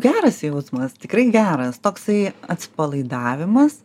geras jausmas tikrai geras toksai atsipalaidavimas